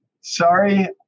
Sorry